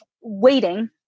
waiting